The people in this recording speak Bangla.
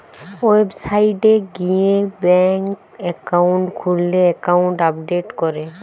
ওয়েবসাইট গিয়ে ব্যাঙ্ক একাউন্ট খুললে একাউন্ট আপডেট করে